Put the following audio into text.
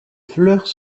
fleurs